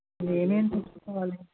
ఏమేమీ తెచ్చుకోవాలి అండి